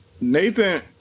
Nathan